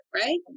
right